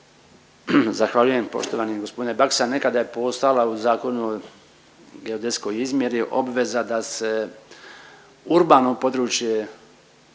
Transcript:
Zahvaljujem. Poštovani g. BAksa, nekada je postojala u Zakonu o geodetskoj izmjeri obveza da se urbano područje